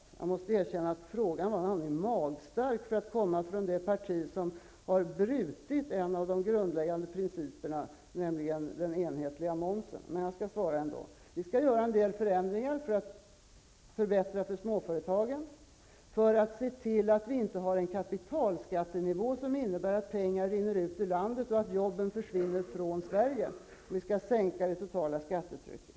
Men jag måste erkänna att frågan var en aning magstark för att komma från det parti som har brutit en av de grundläggande principerna, nämligen den om den enhetliga momsen. Jag skall emellertid svara på frågan ändå. Vi skall göra en del förändringar för att förbättra för småföretagen och för att se till att vi inte har en kapitalskattenivå som innebär att pengar rinner ut ur landet och att jobben försvinner från Sverige. Vi skall sänka det totala skattetrycket.